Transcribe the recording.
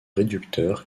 réducteur